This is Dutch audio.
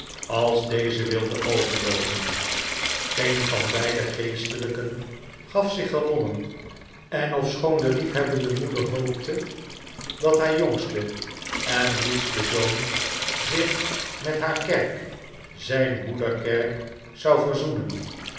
als deze wilde overloopen geen van beide geestelijken gaf zich gewonnen en ofschoon de liefhebbende moeder hoopte dat haar jongste en liefste zoon zich met haar kerk zijn moederkerk zou verzoenen